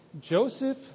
Joseph